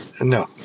No